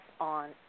on